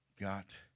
got